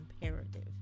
imperative